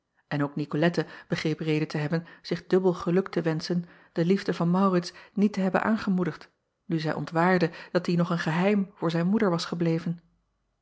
en ook icolette begreep reden te hebben zich dubbel ge acob van ennep laasje evenster delen luk te wenschen de liefde van aurits niet te hebben aangemoedigd nu zij ontwaarde dat die nog een geheim voor zijn moeder was gebleven